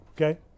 okay